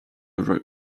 wrote